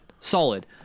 solid